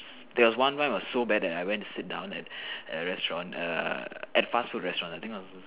there was one time it was so bad that I went to sit down and at a restaurant err at a fast food restaurant I think I was